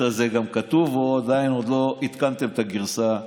הזה גם כתוב או שעדיין לא עדכנתם את הגרסה החדשה.